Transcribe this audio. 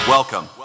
Welcome